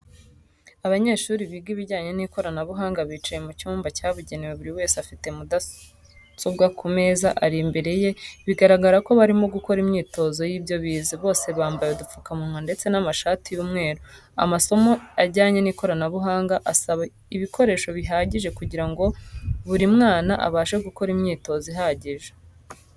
Abanyeshuri biga ibijyanye n'ikoranabuhanga bicaye mu cyumba cyabugenewe buri wese afite mudasobwa ku meza ari imbere ye bigaragara ko barimo gukora imyitozo y'ibyo bize, bose bambaye udupfukamunwa ndetse n'amashati y'umweru. Amasomo ajyanye n'ikoranabuhanga asaba ibikoreso bihagije kugirango buri mwana abashe gukora imyitozo ihagije.